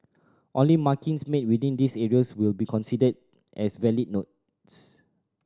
only markings made within these areas will be considered as valid notes